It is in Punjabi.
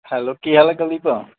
ਹੈਲੋ ਕੀ ਹਾਲ ਹੈ ਕੁਲਦੀਪ